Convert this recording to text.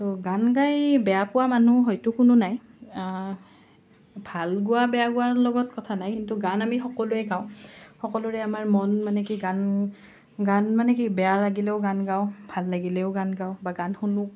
ত' গান গাই বেয়া পোৱা মানুহ হয়টো কোনো নাই ভাল গোৱা বেয়া গোৱাৰ লগত কথা নাই কিন্তু গান আমি সকলোৱে গাওঁ সকলোৰে আমাৰ মন মানে কি গান গান মানে কি বেয়া লাগিলেও গান গাওঁ ভাল লাগিলেও গান গাওঁ বা গান শুনো